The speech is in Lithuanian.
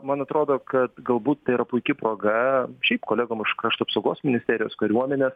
man atrodo kad galbūt tai yra puiki proga šiaip kolegom iš krašto apsaugos ministerijos kariuomenės